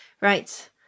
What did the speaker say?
Right